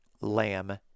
lamb